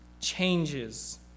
changes